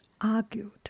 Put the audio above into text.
argued